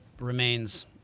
remains